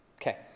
Okay